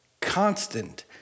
constant